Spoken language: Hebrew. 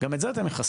גם את זה אתם מחסלים.